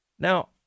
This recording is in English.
Now